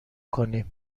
کنیم